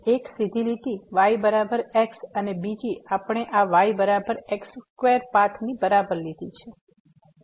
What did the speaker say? એક સીધી લીટી y બરાબર x અને બીજી આપણે આ y બરાબર x સ્ક્વેર પાથ ની બરાબર લીધી છે